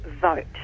vote